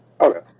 Okay